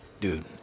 Dude